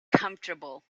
comfortable